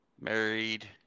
married